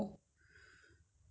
那个 bangkuang ah